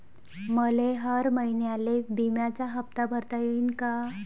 मले हर महिन्याले बिम्याचा हप्ता भरता येईन का?